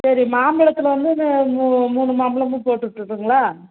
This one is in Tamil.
சரி மாம்பழத்தில் வந்து மூ மூணு மாம்பழமும் போட்டு விட்டுடட்டுங்களா